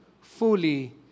fully